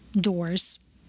doors